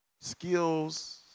skills